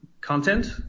content